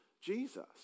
Jesus